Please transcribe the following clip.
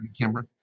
Camera